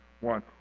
one